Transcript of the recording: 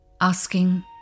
Asking